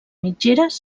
mitgeres